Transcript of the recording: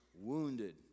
wounded